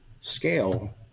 scale